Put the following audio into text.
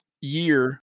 year